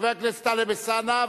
חבר הכנסת טלב אלסאנע,